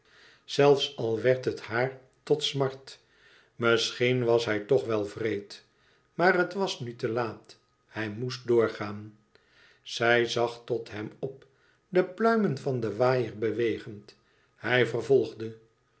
zelfs al werd het haar tot smart misschien was hij toch wèl wreed maar het was nu te laat hij moest doorgaan zij zag tot hem op de pluimen van den waaier bewegend hij vervolgde